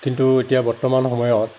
কিন্তু এতিয়া বৰ্তমান সময়ত